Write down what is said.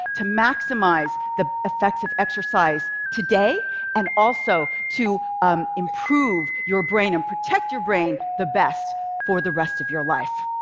to maximize the effects of exercise today and also to improve your brain and protect your brain the best for the rest of your life.